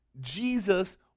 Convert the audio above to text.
Jesus